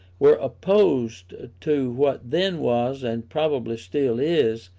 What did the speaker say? were opposed to what then was, and probably still is,